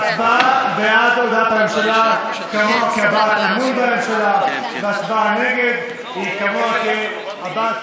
ההצבעה בעד הודעת הממשלה כמוה כהבעת אמון בממשלה והצבעה נגד כמוה כהבעת